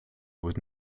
with